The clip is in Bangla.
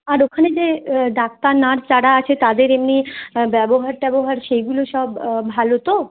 আর ওখানে যে ডাক্তার নার্স যারা আছে তাদের এমনি ব্যবহার ট্যাবহার সেইগুলো সব ভালো তো